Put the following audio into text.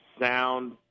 sound